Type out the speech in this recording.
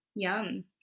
Yum